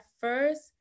first